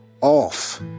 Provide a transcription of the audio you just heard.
off